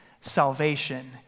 salvation